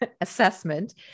assessment